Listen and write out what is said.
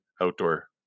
outdoor